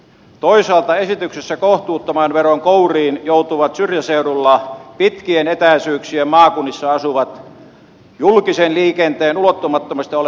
toisaalta esityksessä kohtuuttoman veron kouriin joutuvat syrjäseudulla pitkien etäisyyksien maakunnissa asuvat julkisen liikenteen ulottumattomissa olevat kansalaiset